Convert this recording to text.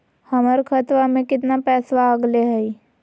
हमर खतवा में कितना पैसवा अगले हई?